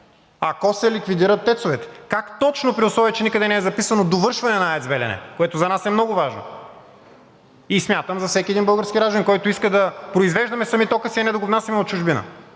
ако се ликвидират ТЕЦ-овете?! Как точно, при условие че никъде не е записано довършване на АЕЦ „Белене“, което за нас е много важно и смятам – за всеки един български гражданин, който иска да произвеждаме сами тока си, а не да го внасяме от чужбина?!